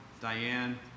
Diane